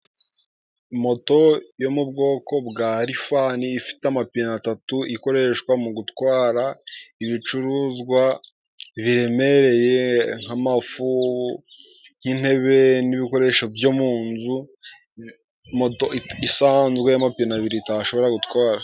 Moto yo mu bwoko bwa rifani ifite amapine atatu, ikoreshwa mu gutwara ibicuruzwa biremereye nk'amashu, intebe n'ibikoresho byo mu nzu moto isanzwe y'amapine abiri itashobora gutwara.